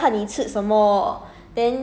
err 因为他的